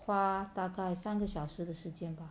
花大概三个小时的时间吧